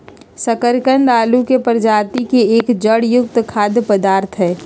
शकरकंद आलू के प्रजाति के एक जड़ युक्त खाद्य पदार्थ हई